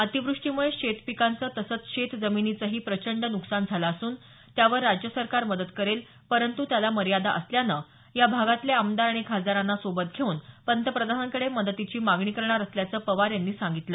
अतिव्रष्टीम्ळे शेत पिकांचं तसंच शेत जमिनीचंही प्रचंड नुकसान झालं असून त्यावर राज्य सरकार मदत करेल परंतु त्याला मर्यादा असल्यानं या भागातले आमदार आणि खासदारांना सोबत घेऊन पंतप्रधानांकडे मदतीची मागणी करणार असल्याचं पवार यांनी सांगितलं